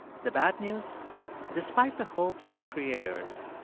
the bad news despite the hopes of the creators,